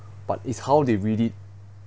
but is how they read it